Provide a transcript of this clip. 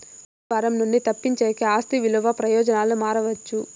పన్నుల భారం నుండి తప్పించేకి ఆస్తి విలువ ప్రయోజనాలు మార్చవచ్చు